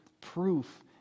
proof